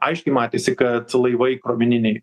aiškiai matėsi kad laivai krovininiai